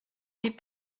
des